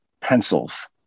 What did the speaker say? pencils